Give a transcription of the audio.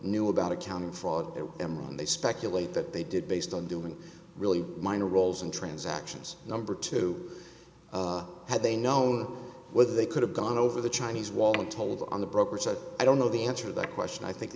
knew about accounting fraud at emory and they speculate that they did based on doing really minor roles in transactions number two had they known whether they could have gone over the chinese wall or told on the broker said i don't know the answer that question i think